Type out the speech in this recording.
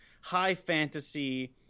high-fantasy